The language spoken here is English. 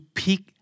pick